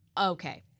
okay